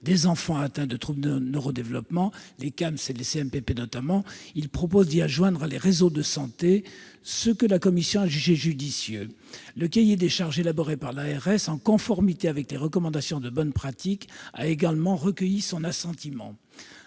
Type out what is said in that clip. de l'enfant atteint de troubles du neurodéveloppement- les CAMSP et les CMPP notamment -, ils proposent d'y adjoindre les réseaux de santé, ce que la commission a jugé judicieux. Le cahier des charges élaboré par l'ARS, en conformité avec les recommandations de bonnes pratiques, a également recueilli notre assentiment.